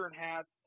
hats